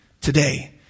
today